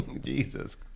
Jesus